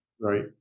Right